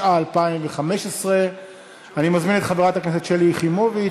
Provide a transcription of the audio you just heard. התשע"ה 2015. אני מזמין את חברת הכנסת שלי יחימוביץ.